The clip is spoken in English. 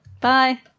bye